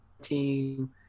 team –